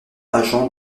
agent